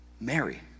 Mary